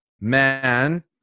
man